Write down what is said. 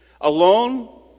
Alone